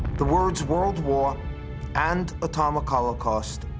the words, world war and atomic holocaust,